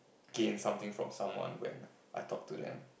gain something from someone when I talk to them